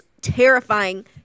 terrifying